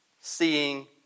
Seeing